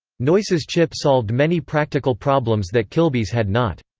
noyce's chip solved many practical problems that kilby's had not.